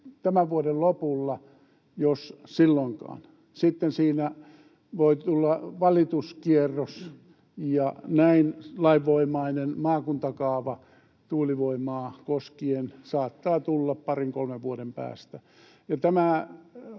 tämän vuoden lopulla, jos silloinkaan. Sitten siinä voi tulla valituskierros, ja näin lainvoimainen maakuntakaava tuulivoimaa koskien saattaa tulla parin kolmen vuoden päästä.